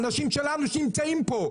האנשים שלנו שנמצאים פה,